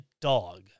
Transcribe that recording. dog